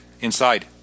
inside